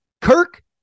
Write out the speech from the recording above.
Kirk